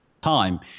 time